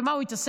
במה הוא התעסק?